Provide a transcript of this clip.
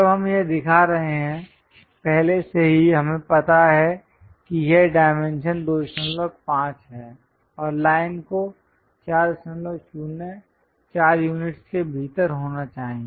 जब हम यह दिखा रहे हैं पहले से ही हमें पता है कि यह डायमेंशन 25 है और लाइन को 4 4 यूनिटस् के भीतर होना चाहिए